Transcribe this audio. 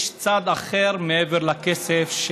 יש צד אחר מעבר לכסף: